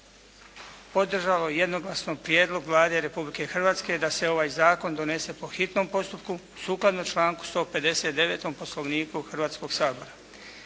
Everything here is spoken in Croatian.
podržao jednoglasno prijedlog Vlade Republike Hrvatske da se ovaj zakon donese po hitnom postupku sukladno članku 159. Poslovniku Hrvatskoga sabora.